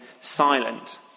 silent